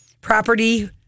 property